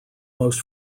most